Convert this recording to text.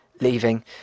Leaving